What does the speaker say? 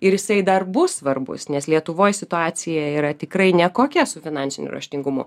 ir jisai dar bus svarbus nes lietuvoj situacija yra tikrai nekokia su finansiniu raštingumu